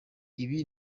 ibi